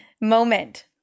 moment